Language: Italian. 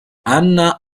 anna